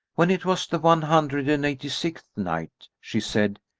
when it was the one hundred and eighty-sixth night, she said,